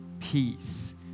peace